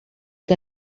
que